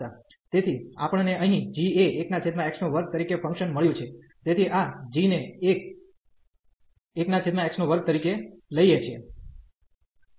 તેથી આપણને અહીં g એ 1x2 તરીકે ફંકશન મળ્યું છે તેથી આ g ને 1x2 તરીકે લઈએ છીએ